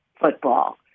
football